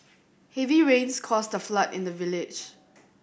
heavy rains caused a flood in the village